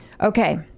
Okay